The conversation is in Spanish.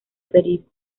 periplo